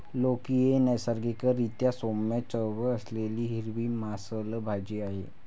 लौकी ही नैसर्गिक रीत्या सौम्य चव असलेली हिरवी मांसल भाजी आहे